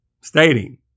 Stating